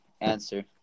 answer